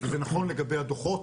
זה נכון לגבי הדו"חות,